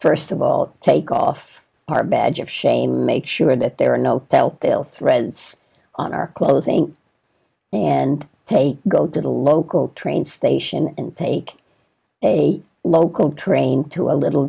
first of all take off our badge of shame make sure that there are no doubt they'll threads on our clothing and they go to the local train station and take a local train to a little